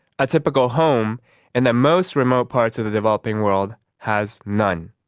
a typical home in the most remote parts of the developing world has none.